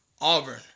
Auburn